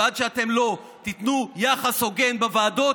ועד שאתם לא תיתנו יחס הוגן בוועדות,